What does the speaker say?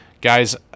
guys